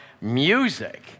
music